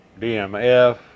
DMF